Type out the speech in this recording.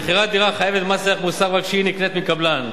מכירת דירה חייבת במס ערך מוסף רק כשהיא נקנית מקבלן.